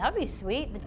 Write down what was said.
ah be sweet.